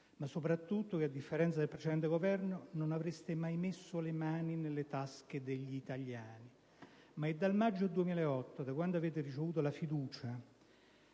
promesso che, a differenza del precedente Governo, non avreste mai messo le mani nelle tasche degli italiani. Tuttavia, è dal maggio 2008, da quando avete ricevuto la fiducia